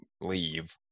leave